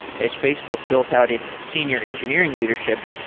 as facebook built out its senior engineering leadership,